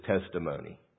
testimony